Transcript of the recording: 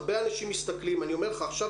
הרבה אנשים מסתכלים אני אומר לך עכשיו